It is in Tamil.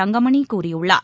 தங்கமணி கூறியுள்ளார்